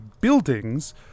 buildings